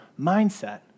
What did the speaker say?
mindset